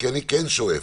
כי אני כן שואף,